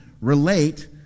Relate